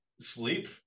Sleep